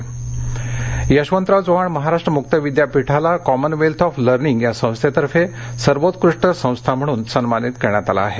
परस्कार नाशिक यशवंतराव चव्हाण महाराष्ट्र मुक्त विद्यापीठाला कॉमनवेल्थ ऑफ लर्निंग या संस्थेतर्फे सर्वोत्कृष्ट संस्था म्हणून सन्मानित करण्यात आलं आहे